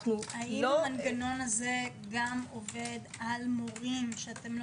האם המנגנון הזה גם עובד על מורים שאתם לא